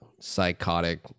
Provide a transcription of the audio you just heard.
psychotic